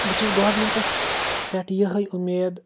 بہٕ چھُس گورمیٚنٹَس پٮ۪ٹھ یہے اُمید